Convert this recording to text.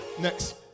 Next